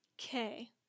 Okay